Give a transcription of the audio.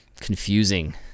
confusing